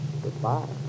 Goodbye